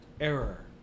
Error